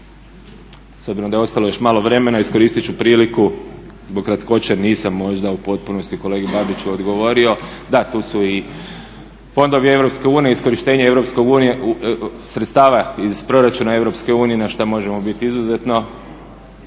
S obzirom da je ostalo još malo vremena, iskoristit ću priliku zbog kratkoće nisam možda u potpunosti kolegi Babiću odgovorio, da tu su i fondovi EU iskorištenje sredstava iz proračuna EU na šta možemo biti izuzetno